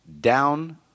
down